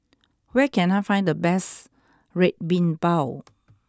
where can I find the best Red Bean Bao